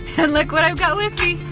and look what i've got with me.